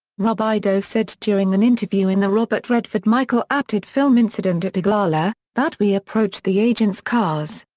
robideau said during an interview in the robert redford michael apted film incident at oglala, that we approached the agents' cars.